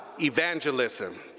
evangelism